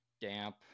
damp